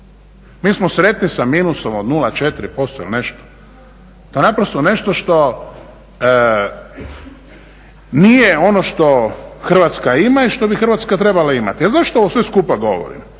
Mi smo sretni sa minusom od 0,4% i nešto. To je naprosto nešto što nije ono što Hrvatska ima i što bi Hrvatska trebala imati. A zašto ovo sve skupa govorim?